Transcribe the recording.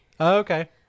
okay